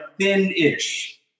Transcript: thin-ish